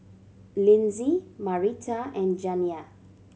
Linzy Marita and Janiah